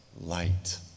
light